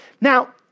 Now